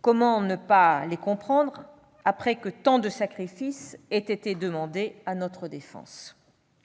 Comment ne pas les comprendre après que tant de sacrifices ont été demandés à notre défense ?